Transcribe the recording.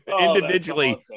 Individually